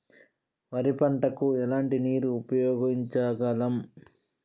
వరి పంట కు ఎలాంటి నీరు ఉపయోగించగలం?